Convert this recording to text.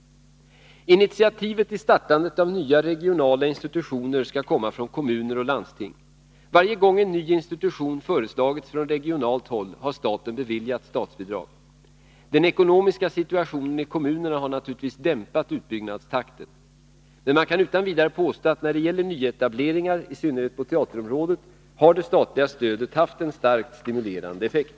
Initiativet till startandet av nya regionala institutioner skall komma från kommuner och landsting. Varje gång en ny institution föreslagits från regionalt håll har staten beviljat statsbidrag. Den ekonomiska situationen i kommunerna har naturligtvis dämpat utbyggnadstakten. Men man kan utan vidare påstå att det statliga stödet när det gäller nyetableringar, i synnerhet på teaterområdet, har haft en starkt stimulerande effekt.